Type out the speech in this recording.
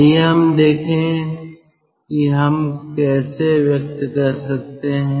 आइए हम देखें कि हम इसे कैसे व्यक्त कर सकते हैं